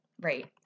right